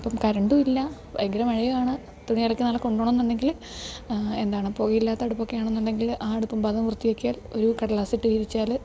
അപ്പം കരണ്ടും ഇല്ല ഭയങ്കര മഴയുമാണ് തുണിയലക്കി നാളെ കൊണ്ടുപോകണമെന്നുണ്ടെങ്കിൽ എന്താണ് പുകയില്ലാത്ത അടുപ്പൊക്കെ ആണെന്നുണ്ടെങ്കിൽ ആ അടുപ്പംഭാഗം വൃത്തിയാക്കിയാൽ ഒരു കടലാസ് ഇട്ട് വിരിച്ചാൽ